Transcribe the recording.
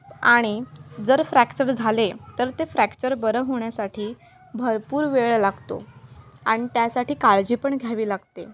आणि जर फ्रॅक्चर झाले तर ते फ्रॅक्चर बरं होण्यासाठी भरपूर वेळ लागतो आणि त्यासाठी काळजी पण घ्यावी लागते